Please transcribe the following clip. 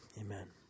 amen